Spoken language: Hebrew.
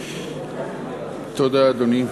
תודה, אדוני.